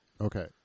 Okay